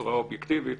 בצורה אובייקטיבית